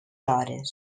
hores